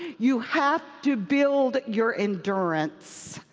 you have to build your endurance.